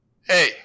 hey